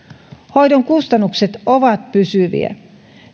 hoidon kustannukset ovat pysyviä